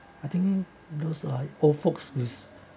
I think those are old folks whose